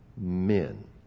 men